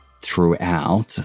throughout